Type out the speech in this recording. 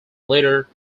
leader